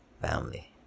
Family